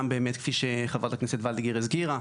גם באמת כפי שחברת הכנסת וולדיגר הזכירה,